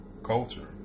Culture